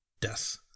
death